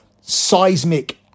seismic